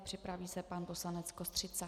Připraví se pan poslanec Kostřica.